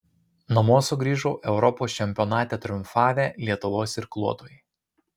namo sugrįžo europos čempionate triumfavę lietuvos irkluotojai